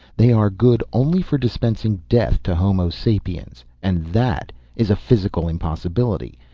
they are good only for dispensing death to homo sapiens. and that is a physical impossibility.